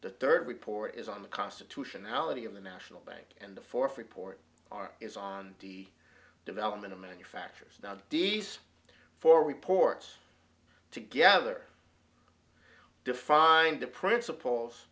the third report is on the constitutionality of the national bank and the four freeport are is on the development of manufactures deedes for reports together to find the principles